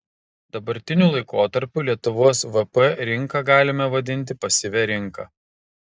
dabartiniu laikotarpiu lietuvos vp rinką galime vadinti pasyvia rinka